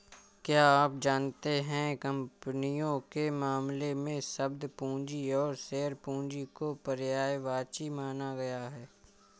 क्या आप जानते है कंपनियों के मामले में, शब्द पूंजी और शेयर पूंजी को पर्यायवाची माना गया है?